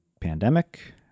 pandemic